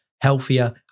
healthier